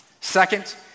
Second